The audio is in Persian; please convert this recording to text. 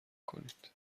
کنید